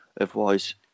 otherwise